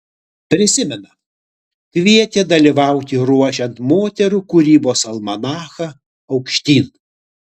prisimena kvietė dalyvauti ruošiant moterų kūrybos almanachą aukštyn